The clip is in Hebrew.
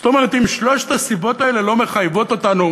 זאת אומרת, אם שלוש הסיבות האלה לא מחייבות אותנו